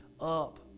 up